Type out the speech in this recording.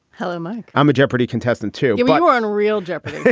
hello, mike. i'm a jeopardy contestant, too. you my one. real jeopardy!